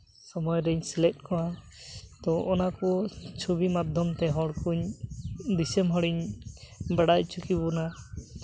ᱥᱚᱢᱚᱭᱨᱤᱧ ᱥᱮᱞᱮᱫ ᱠᱚᱜᱼᱟ ᱛᱳ ᱚᱱᱟᱠᱚ ᱪᱷᱚᱵᱤ ᱢᱟᱫᱽᱫᱷᱚᱢ ᱛᱮ ᱦᱚᱲ ᱠᱚᱧ ᱫᱤᱥᱚᱢ ᱦᱚᱲᱤᱧ ᱵᱟᱲᱟᱭ ᱦᱚᱪᱚ ᱠᱮᱵᱚᱱᱟ